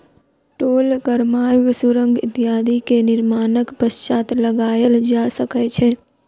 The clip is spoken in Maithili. टोल कर मार्ग, सुरंग इत्यादि के निर्माणक पश्चात लगायल जा सकै छै